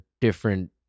different